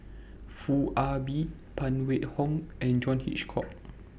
Foo Ah Bee Phan Wait Hong and John Hitchcock